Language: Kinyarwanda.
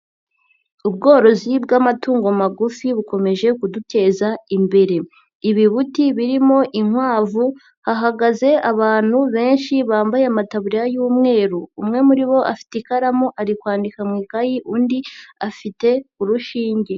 Ubworozi bw'amatungo magufi bukomeje kuduteza imbere, ibibuti birimo inkwavu hahagaze abantu benshi bambaye amataburiya y'umweru, umwe muri bo afite ikaramu ari kwandika mu ikayi, undi afite urushinge.